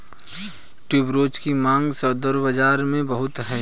tuberose की मांग सौंदर्य बाज़ार में बहुत है